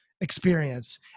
experience